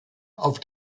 auf